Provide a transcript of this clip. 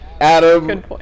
Adam